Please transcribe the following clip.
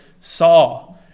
saw